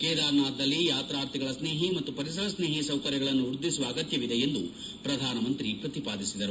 ಕೇದಾರನಾಥದಲ್ಲಿ ಯಾತ್ರಾರ್ಥಿಗಳ ಸ್ನೇಹಿ ಮತ್ತು ಪರಿಸರ ಸ್ನೇಹಿ ಸೌಕರ್ಯಗಳನ್ನು ವೃದ್ದಿಸುವ ಅಗತ್ಯವಿದೆ ಎಂದು ಪ್ರಧಾನಮಂತ್ರಿ ಪ್ರತಿಪಾದಿಸಿದರು